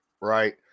right